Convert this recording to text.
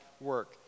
work